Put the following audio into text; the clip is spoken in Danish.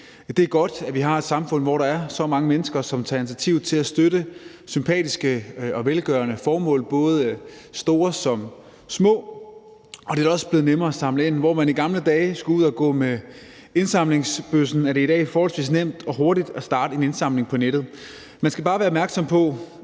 Det er godt, at vi har et samfund, hvor der er så mange mennesker, som tager initiativ til at støtte sympatiske og velgørende formål, store som små, og det er da også blevet nemmere at samle ind. Hvor man i gamle dage skulle ud at gå med indsamlingsbøssen, er det i dag forholdsvis nemt og hurtigt at starte en indsamling på nettet. Man skal bare være opmærksom på,